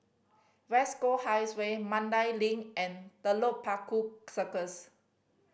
West Coast Highway Mandai Link and Telok Paku Circus